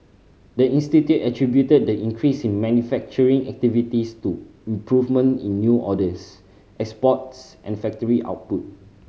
the institute attributed the increase in manufacturing activities to improvement in new orders exports and factory output